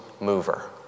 mover